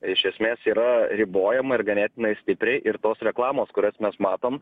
iš esmės yra ribojama ir ganėtinai stipriai ir tos reklamos kurias mes matom